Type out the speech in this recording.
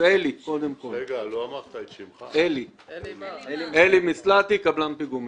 אלי מסלטי, קבלן פיגומים.